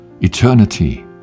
Eternity